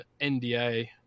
NDA